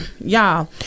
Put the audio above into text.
Y'all